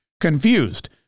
confused